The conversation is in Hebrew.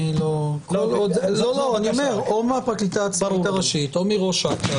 אני אומר או מהפרקליטה הראשית או מראש אכ"א.